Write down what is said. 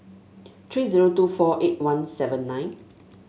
three zero two four eight one seven nine